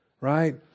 Right